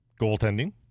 Goaltending